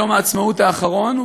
ביום העצמאות האחרון,